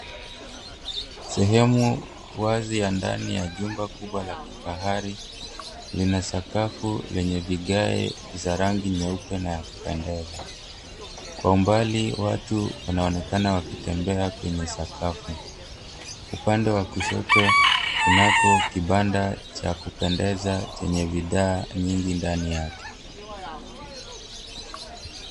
Sehemu wazi ya ndani ya jumba kubwa la kifahari lina sakafu lenye vigae vya rangi nyeupe na ya kupendeza. Kwa umbali watu wanaonekana wakitembea kwenye sakafu. Upande wa kushoto kunako kibanda cha kupendeza chenye bidhaa nyingi ndani yake.